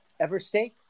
Everstate